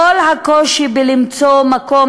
את כל הקושי למצוא מקום,